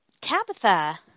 Tabitha